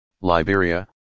Liberia